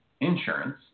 insurance